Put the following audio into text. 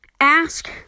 ask